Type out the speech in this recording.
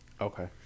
okay